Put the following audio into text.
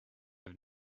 have